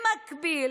במקביל,